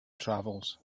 travels